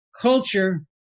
culture